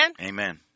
Amen